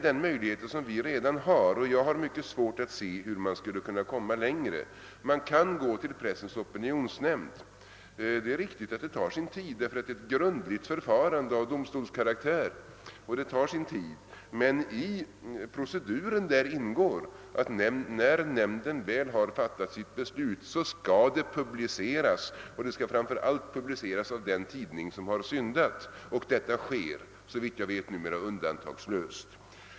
Den möjligheten finns emellertid redan, och jag har svårt att se hur vi skall kunna komma längre. Man kan gå till Pressens opinionsnämnd. Det är riktigt att det tar tid, ty förfarandet där är grundligt och av domstolskaraktär. I proceduren ingår dock att när nämnden fattat sitt beslut skall det publiceras, framför allt av den tidning som har syndat. Och detta sker såvitt jag vet numera undantagslöst.